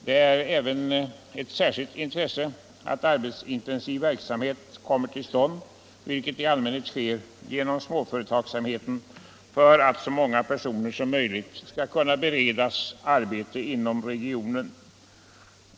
Det är även av ett särskilt intresse att arbetsintensiv verksamhet kommer till stånd, vilket i allmänhet sker genom småföretagsamheten, för att så många personer som möjligt skall kunna beredas arbete inom regionen.